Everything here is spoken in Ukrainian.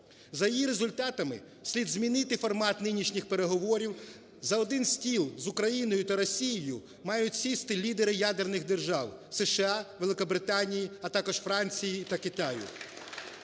За її результатами слід змінити формат нинішніх переговорів. За один стіл з Україною та Росією мають сісти лідери ядерних держав: США, Великобританії, а також Франції та Китаю.